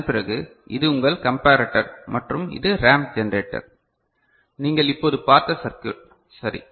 அதன்பிறகு இது உங்கள் கம்பரட்டர் மற்றும் இது ரேம்ப் ஜெனரேட்டர் நீங்கள் இப்போது பார்த்த சர்க்யூட் சரி